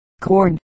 corn